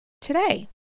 Today